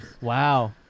Wow